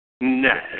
No